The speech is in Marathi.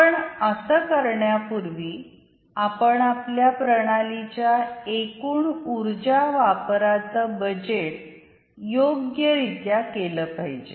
पण अस करण्यापूर्वी आपण आपल्या प्रणालीच्या एकूण उर्जा वापराच बजेट योग्य रित्या केले पाहिजे